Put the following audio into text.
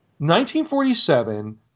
1947